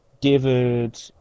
David